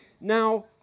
Now